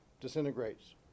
disintegrates